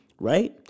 right